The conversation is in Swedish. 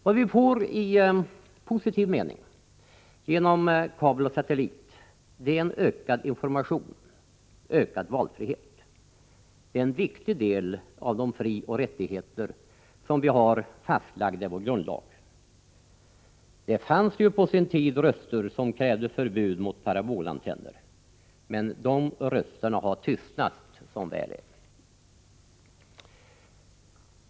Vad vi får i positiv mening genom kabel och satellit är en ökad information och ökad valfrihet. Det är en viktig del av de frioch rättigheter som vi har fastlagda i vår grundlag. Det höjdes på sin tid röster som krävde förbud mot parabolantenner. De rösterna har tystnat, som väl är.